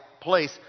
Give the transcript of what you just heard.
place